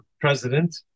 president